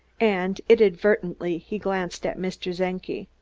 and inadvertently he glanced at mr. czenki,